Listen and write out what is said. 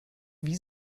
wie